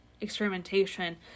experimentation